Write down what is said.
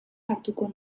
hartuko